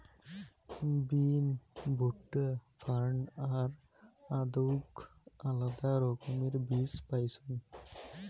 বিন, ভুট্টা, ফার্ন আর আদৌক আলাদা রকমের বীজ পাইচুঙ